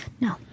No